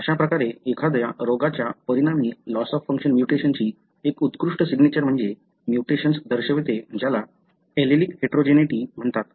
अशा प्रकारे एखाद्या रोगाच्या परिणामी लॉस ऑफ फंक्शन म्यूटेशनची एक उत्कृष्ट सिग्नेचर म्हणजे म्युटेशन्स दर्शवते ज्याला ऍलेलिक हेटेरोजेनेटी हेटेरोजेनेटी म्हणतात